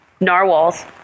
narwhals